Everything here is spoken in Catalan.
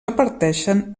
reparteixen